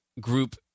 group